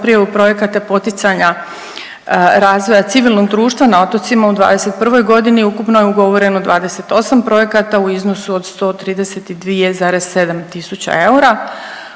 prijavu projekata poticanja razvoja civilnog društva na otocima u '21. g. ukupno je ugovoreno 28 projekata u odnosu od 132,7 tisuća eura